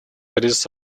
кризис